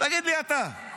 תגיד לי אתה,